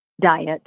diet